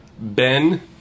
Ben